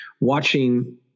watching